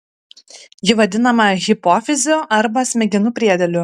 ji vadinama hipofiziu arba smegenų priedėliu